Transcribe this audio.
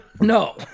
No